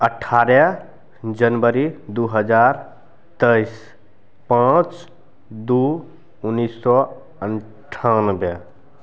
अठारह जनवरी दुइ हजार तेइस पाँच दुइ उनैस सओ अनठानवे